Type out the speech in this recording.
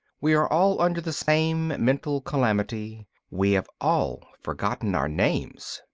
we are all under the same mental calamity we have all forgotten our names.